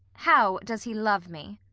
how does he love me?